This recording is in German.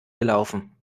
gelaufen